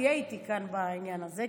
תהיה איתי כאן בעניין הזה,